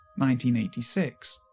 1986